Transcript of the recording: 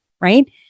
right